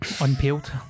unpeeled